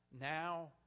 now